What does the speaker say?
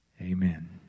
Amen